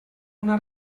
una